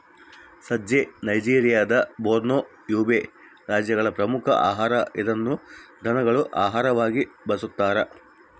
ಸಜ್ಜೆ ನೈಜೆರಿಯಾದ Borno, Yobe ರಾಜ್ಯಗಳ ಪ್ರಮುಖ ಆಹಾರ ಇದನ್ನು ದನಗಳ ಆಹಾರವಾಗಿಯೂ ಬಳಸ್ತಾರ